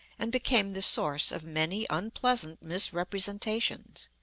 and became the source of many unpleasant misrepresentations,